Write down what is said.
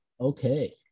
Okay